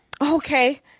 Okay